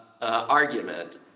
argument